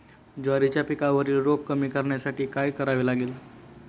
ज्वारीच्या पिकावरील रोग कमी करण्यासाठी काय करावे लागेल?